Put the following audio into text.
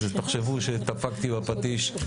אז תחשבו שדפקתי בפטיש.